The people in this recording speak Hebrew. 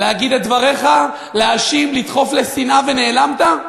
להגיד את דבריך, להאשים, לדחוף לשנאה, ונעלמת?